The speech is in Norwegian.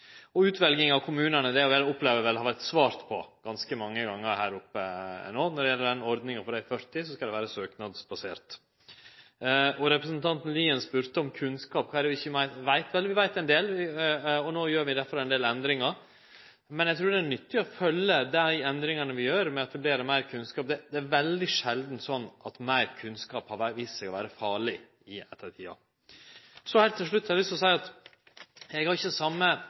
tid. Utveljinga av kommunane opplever eg det har vore svart på ganske mange gonger her oppe. Når det gjeld ordninga for dei 40 kommunane, skal ho vere søknadsbasert. Representanten Lien spurde om kunnskap: Kva er det vi ikkje veit? Vi veit ein del, og derfor gjer vi nå ein del endringar. Men eg trur det er nyttig å følgje opp dei endringane vi gjer, med å etablere meir kunnskap. Det er veldig sjeldan sånn at meir kunnskap viser seg å vere farleg i ettertid. Heilt til slutt har eg lyst til å seie at eg ikkje har